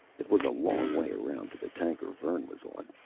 it was a long way around to the tanker vern was on,